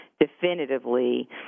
definitively